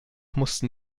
mussten